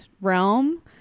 realm